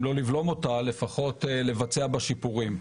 שאם לא לבלום אותה, לפחות לבצע בה שיפורים.